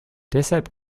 deshalb